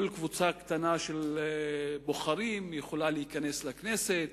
כל קבוצה קטנה של בוחרים יכולה להיכנס לכנסת,